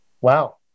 Wow